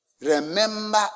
remember